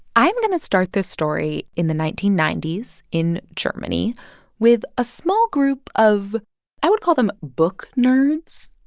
i'm going to start this story in the nineteen ninety s in germany with a small group of i would call them book nerds.